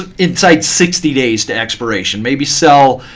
inside sixty days to expiration, maybe sell